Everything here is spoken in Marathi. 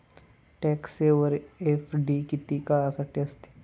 टॅक्स सेव्हर एफ.डी किती काळासाठी असते?